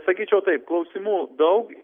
sakyčiau taip klausimų daug